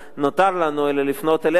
לא נותר לנו אלא לפנות אליך,